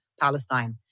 Palestine